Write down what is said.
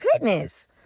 goodness